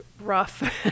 rough